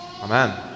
amen